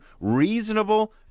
reasonable